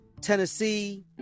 Tennessee